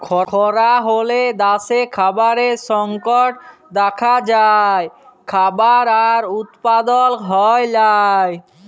খরা হ্যলে দ্যাশে খাবারের সংকট দ্যাখা যায়, খাবার আর উৎপাদল হ্যয় লায়